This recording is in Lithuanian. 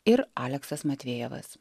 ir aleksas matvejevas